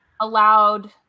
allowed